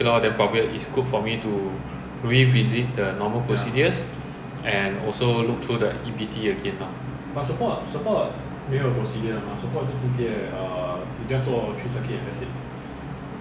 but four hundred feet onwards you can turn for crosswind right so four hundred feet turn crosswind then after that uh call for uh downwind track do you call for downwind track or downwind hailing